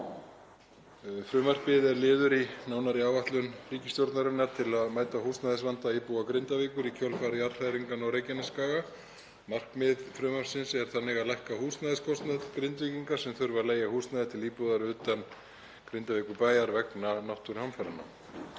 Frumvarpið er liður í nánari áætlun ríkisstjórnarinnar til að mæta húsnæðisvanda íbúa Grindavíkur í kjölfar jarðhræringanna á Reykjanesskaga. Markmið frumvarpsins er þannig að lækka húsnæðiskostnað Grindvíkinga sem þurfa að leigja húsnæði til íbúðar utan Grindavíkurbæjar vegna náttúruhamfaranna.